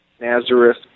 Nazareth